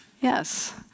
yes